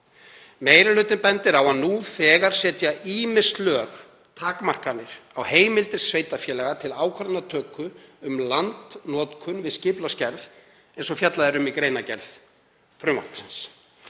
Meiri hlutinn bendir á að nú þegar setji ýmis lög takmarkanir á heimildir sveitarfélaga til ákvarðanatöku um landnotkun við skipulagsgerð eins og fjallað er um í greinargerð frumvarpsins.